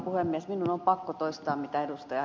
minun on pakko toistaa mitä ed